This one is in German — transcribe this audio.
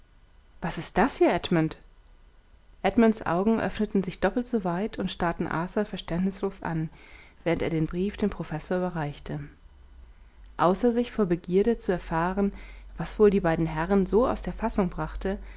was ist das hier edmund edmunds augen öffneten sich doppelt so weit und starrten arthur verständnislos an während er den brief dem professor überreichte außer sich vor begierde zu erfahren was wohl die beiden herren so aus der fassung brachte